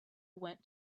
went